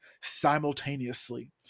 simultaneously